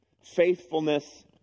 Faithfulness